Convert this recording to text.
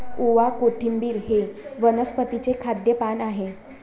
ओवा, कोथिंबिर हे वनस्पतीचे खाद्य पान आहे